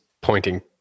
pointing